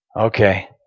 Okay